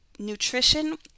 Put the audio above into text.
Nutrition